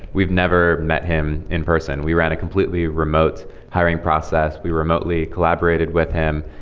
we've never met him in person. we ran a completely remote hiring process. we remotely collaborated with him.